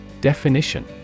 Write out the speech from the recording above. Definition